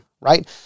right